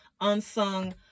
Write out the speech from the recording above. unsung